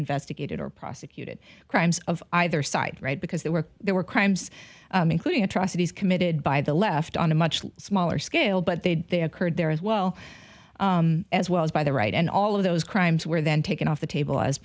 investigated or prosecuted crimes of either side right because there were there were crimes including atrocities committed by the left on a much less smaller scale but they did they occurred there as well as well as by the right and all of those crimes were then taken off the table as